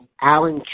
Alan